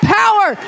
power